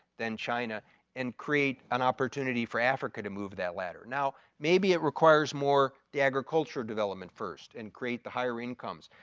then china and create an opportunity for africa to move that ladder. now, maybe it requires more the agriculture development first, and create the higher incomes.